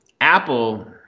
Apple